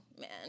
man